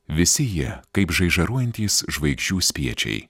visi jie kaip žaižaruojantys žvaigždžių spiečiai